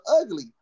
ugly